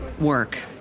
work